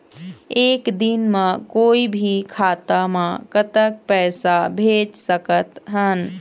एक दिन म कोई भी खाता मा कतक पैसा भेज सकत हन?